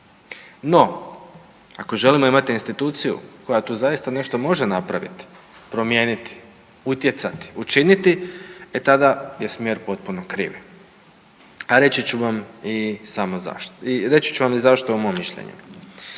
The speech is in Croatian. No, ako želim imati instituciju koja tu zaista nešto može napraviti, promijeniti, utjecati, učiniti, e tada je smjer potpuno krivi, a reći ću vam i samo zašto, i reći